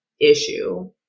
issue